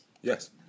Yes